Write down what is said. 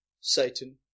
Satan